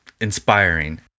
inspiring